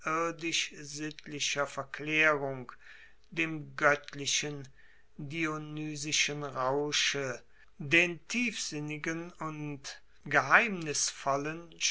verklaerung dem goettlichen dionysischen rausche den tiefsinnigen und geheimnisvollen